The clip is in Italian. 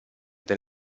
del